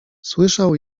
słyszał